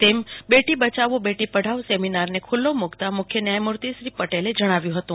તેમ બેટી બચાવો બેટી પઢાઓ સેમિનારને ખુલ્લો મુકતા મુખ્ય નયાયમૂર્તિ પટેલે જણાવ્યું હતું